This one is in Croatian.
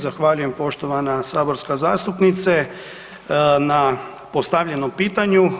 Zahvaljujem, poštovana saborska zastupnice na postavljenom pitanju.